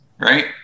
right